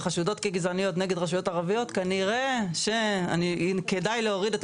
וחשודות כגזעניות נגד רשויות ערביות כנראה שיהיה לי כדאי להוריד,